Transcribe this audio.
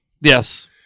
Yes